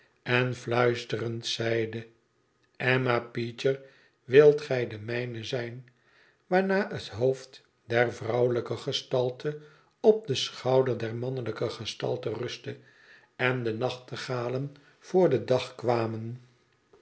en fluisterend zeide lemma peecher wilt gij de mijne zijn waarna het hoofd der vrouwelijke gestalte op den schouder der mannelijke gestalte rustte en de nachtegalen voor den dag kwamen